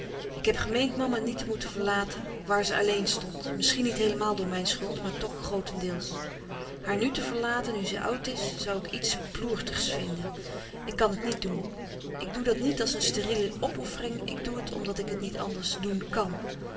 ik heb gemeend mama niet te moeten verlaten waar ze alleen stond misschien niet heelemaal door mijn schuld maar toch grootendeels haar nu te verlaten nu zij oud is zoû ik iets ploertigs vinden ik kan het niet doen ik doe dat niet als een steriele opoffering ik doe het omdat ik het niet anders doen kan